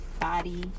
body